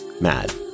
Mad